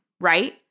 right